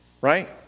Right